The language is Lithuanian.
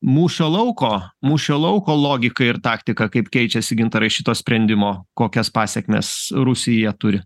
mūšio lauko mūšio lauko logika ir taktika kaip keičiasi gintarai šito sprendimo kokias pasekmes rusija turi